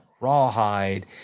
Rawhide